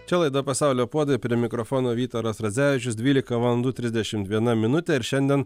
čia laida pasaulio puodai prie mikrofono vytaras radzevičius dvylika valandų trisdešimt viena minutė ir šiandien